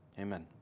Amen